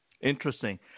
Interesting